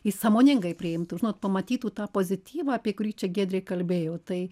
i sąmoningai priimtų žinot pamatytų tą pozityvą apie kurį čia giedrė kalbėjo tai